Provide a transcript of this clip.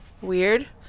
weird